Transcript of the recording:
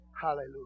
hallelujah